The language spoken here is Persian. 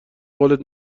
قولت